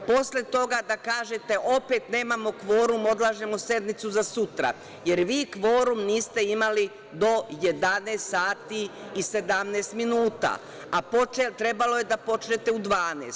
Posle toga da kažete - opet nemamo kvorum, odlažemo sednicu za sutra, jer vi kvorum niste imali do 11 sati i 17 minuta, a trebalo je da počnete u 12.00.